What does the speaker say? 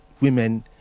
women